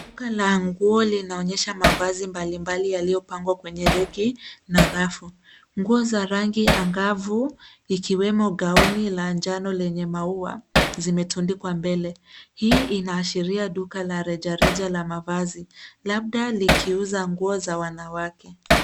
Duka la nguo linaonyesha mavazi mbalimbali yaliyopangwa kwenye reki na rafu. Nguo za rangi angavu, ikiwemo gauni la njano lenye maua, zimetundikwa mbele. Hii inaashiria duka la rejareja la mavazi ,labda likiuza nguo za wanawake.